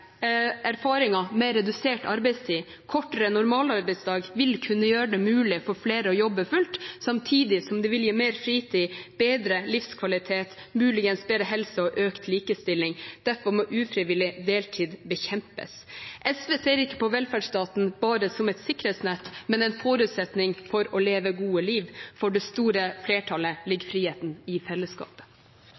erfaringer med redusert arbeidstid. Kortere normalarbeidsdag vil kunne gjøre det mulig for flere å jobbe fullt, samtidig som det vil gi mer fritid, bedre livskvalitet, muligens bedre helse og økt likestilling. Derfor må ufrivillig deltid bekjempes. SV ser ikke på velferdsstaten bare som et sikkerhetsnett, men som en forutsetning for å leve et godt liv. For det store flertallet ligger friheten i fellesskapet.